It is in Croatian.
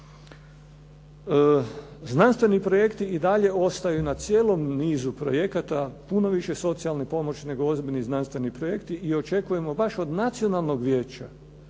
Znanstveni projekti i dalje ostaju na cijelom nizu projekata, puno više socijalne pomoći nego ozbiljni znanstveni projekti i očekujemo baš od nacionalnog vijeća